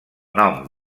nom